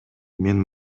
мен